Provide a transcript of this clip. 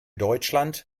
deutschland